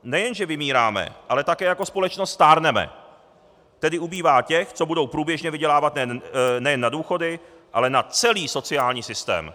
Nejenže vymíráme, ale také jako společnost stárneme, tedy ubývá těch, co budou průběžně vydělávat nejen na důchody, ale na celý sociální systém.